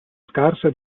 scarsa